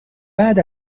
بعد